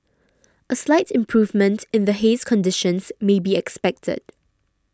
a slight improvement in the haze conditions may be expected